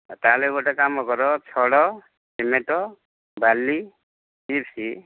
ତା'ହେଲେ ଗୋଟେ କାମ କର ଛଡ଼ ସିମେଣ୍ଟ୍ ବାଲି ଚିପ୍ସ୍